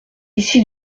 ici